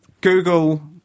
Google